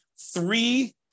three